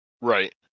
right